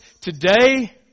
today